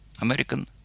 American